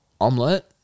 omelette